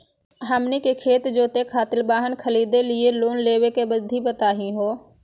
हमनी के खेत जोते खातीर वाहन खरीदे लिये लोन लेवे के विधि बताही हो?